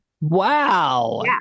wow